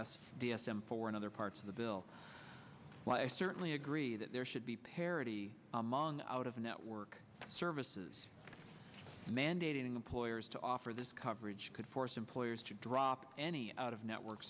s d s m four and other parts of the bill i certainly agree that there should be parity among out of network services mandating employers to offer this coverage could force employers to drop any out of network